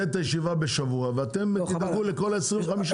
את הישיבה בשבוע ואתם תדאגו לכל ה-25.